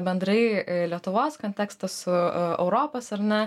bendrai lietuvos kontekstą su europos ar ne